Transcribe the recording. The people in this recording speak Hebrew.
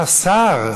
אה, שר.